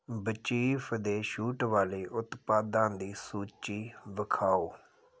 ਬਿਚੀਫ਼ ਦੇ ਛੂਟ ਵਾਲੇ ਉਤਪਾਦਾਂ ਦੀ ਸੂਚੀ ਵਿਖਾਓ